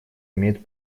имеет